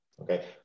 Okay